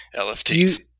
LFTs